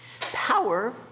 Power